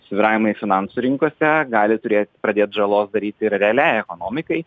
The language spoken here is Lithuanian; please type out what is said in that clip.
svyravimai finansų rinkose gali turėt pradėt žalos daryt ir realiai ekonomikai